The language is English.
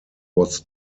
was